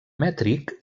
mètric